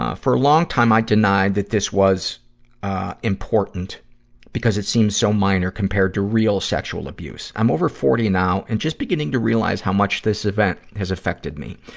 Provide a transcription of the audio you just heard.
ah for a long time, i denied that this was important because it seemed so minor compared to real sexual abuse. i'm over forty now and just beginning to realize how much this event has affected me.